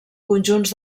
conjunts